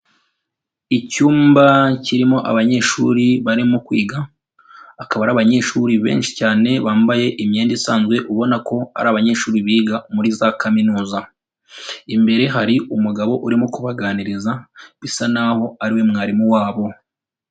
Icyumba kirimo abanyeshuri barimo kwiga, akaba ari abanyeshuri benshi cyane bambaye imyenda isanzwe ubona ko ari abanyeshuri biga muri za kaminuza, imbere hari umugabo urimo kubaganiriza bisa n'aho ariwe mwarimu wabo.